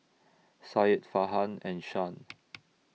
Syed Farhan and Shah